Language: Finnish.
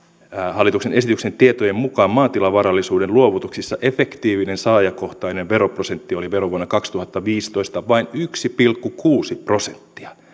hallituksen esityksen tietojen mukaan maatilavarallisuuden luovutuksissa efektiivinen saajakohtainen veroprosentti oli verovuonna kaksituhattaviisitoista vain yksi pilkku kuusi prosenttia